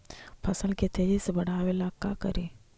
फसल के तेजी से बढ़ाबे ला का करि?